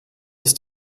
ist